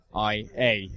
IA